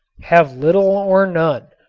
have little or none.